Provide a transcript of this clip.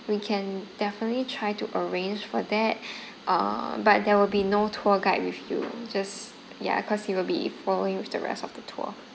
we can definitely try to arrange for that uh but there will be no tour guide with you just ya cause he will be following with the rest of the tour